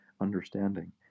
understanding